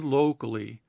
locally